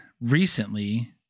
recently